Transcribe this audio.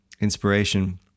inspiration